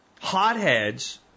hotheads